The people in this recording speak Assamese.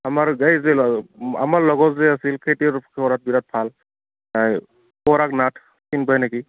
আমাৰ যে আমাৰ লগত যে আছিল পঢ়াত বিৰাট ভাল পৰাগ নাথ চিনি পাই নেকি